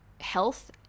health